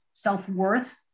self-worth